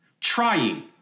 trying